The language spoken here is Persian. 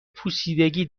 پوسیدگی